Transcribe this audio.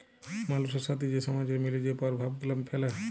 মালুসের সাথে যে সমাজের মিলে যে পরভাব গুলা ফ্যালে